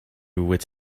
with